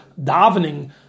davening